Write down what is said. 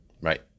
Right